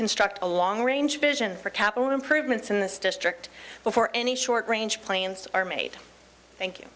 construct a long range vision for capital improvements in this district before any short range plans are made thank you